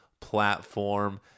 platform